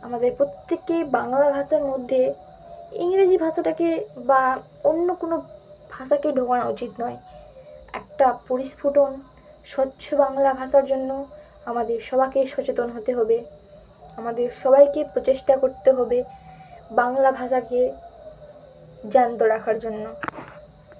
আমাদের প্রত্যেেকেই বাংলা ভাষার মধ্যে ইংরেজি ভাষাটাকে বা অন্য কোনো ভাষাকে ঢোকানো উচিত নয় একটা স্বচ্ছ বাংলা ভাষার জন্য আমাদের সবাইকে সচেতন হতে হবে আমাদের সবাইকে প্রচেষ্টা করতে হবে বাংলা ভাষাকে জ্যান্ত রাখার জন্য